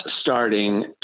starting